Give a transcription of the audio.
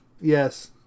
Yes